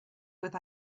with